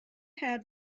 had